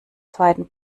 zweiten